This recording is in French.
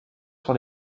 sur